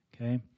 Okay